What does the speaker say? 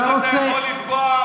אתה רוצה, אם אתה יכול לפגוע ביהודים,